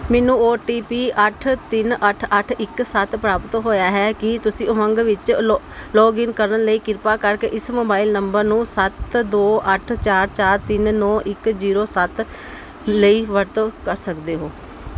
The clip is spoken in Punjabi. ਮੈਨੂੰ ਓ ਟੀ ਪੀ ਅੱਠ ਤਿੰਨ ਅੱਠ ਅੱਠ ਇੱਕ ਸੱਤ ਪ੍ਰਾਪਤ ਹੋਇਆ ਹੈ ਕੀ ਤੁਸੀਂ ਉਮੰਗ ਵਿੱਚ ਅਲੋ ਲੋਗਿਨ ਕਰਨ ਲਈ ਕਿਰਪਾ ਕਰਕੇ ਇਸ ਮੋਬਾਈਲ ਨੰਬਰ ਨੂੰ ਸੱਤ ਦੋ ਅੱਠ ਚਾਰ ਚਾਰ ਤਿੰਨ ਨੌਂ ਇੱਕ ਜੀਰੋ ਸੱਤ ਲਈ ਵਰਤੋਂ ਕਰ ਸਕਦੇ ਹੋ